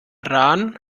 rahn